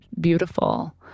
beautiful